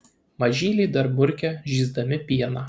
mažyliai dar murkia žįsdami pieną